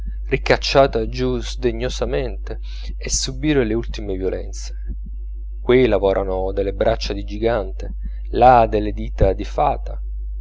ricacciata giù sdegnosamente a subire le ultime violenze qui lavorano delle braccia di gigante là delle dita di fata